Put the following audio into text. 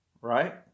Right